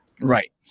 Right